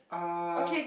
uh